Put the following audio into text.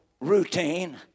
routine